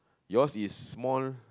yours is small